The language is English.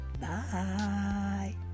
bye